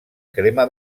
crema